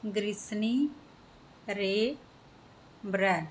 ਗਰੀਸਨੀ ਰੇ ਬਰੈਡ